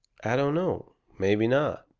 i don't know. maybe not.